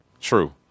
true